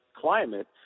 climate